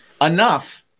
enough